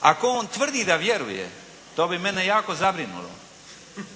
Ako on tvrdi da vjeruje to bi mene jako zabrinulo.